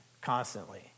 constantly